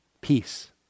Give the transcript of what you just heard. peace